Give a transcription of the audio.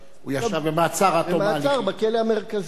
ישב במעצר בכלא המרכזי.